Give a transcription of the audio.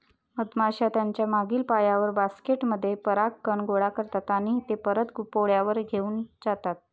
मधमाश्या त्यांच्या मागील पायांवर, बास्केट मध्ये परागकण गोळा करतात आणि ते परत पोळ्यावर घेऊन जातात